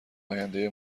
آینده